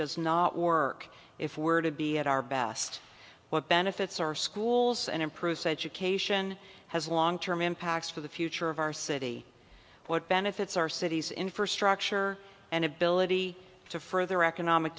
does not work if we were to be at our best what benefits our schools and improves education has long term impacts for the future of our city what benefits our city's infrastructure and ability to further economic